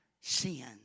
sin